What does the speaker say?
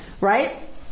Right